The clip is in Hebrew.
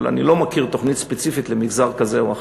אבל אני לא מכיר תוכנית ספציפית למגזר כזה או אחר.